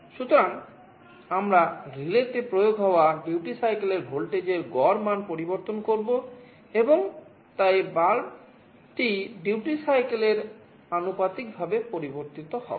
সুতরাং আমরা রিলেতে প্রয়োগ হওয়া ডিউটি সাইকেল এর আনুপাতিক ভাবে পরিবর্তিত হবে